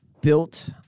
built